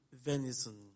venison